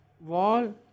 wall